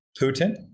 Putin